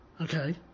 Okay